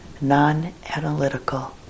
non-analytical